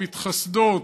המתחסדות,